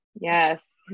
yes